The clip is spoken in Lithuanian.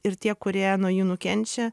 ir tie kurie nuo jų nukenčia